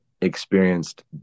experienced